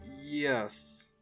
Yes